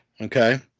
okay